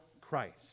Christ